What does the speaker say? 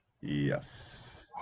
Yes